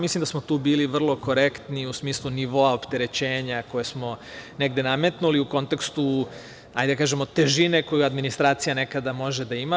Mislim da smo tu bili vrlo korektni u smislu nivoa opterećenja koje smo negde nametnuli, u kontekstu težine koju administracija nekada može da ima.